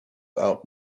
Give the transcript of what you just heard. out